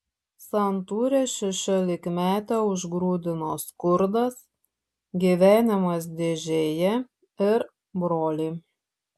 santūrią šešiolikmetę užgrūdino skurdas gyvenimas dėžėje ir broliai